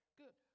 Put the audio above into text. good